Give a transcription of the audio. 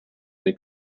n’ai